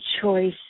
choice